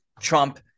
Trump